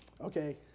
okay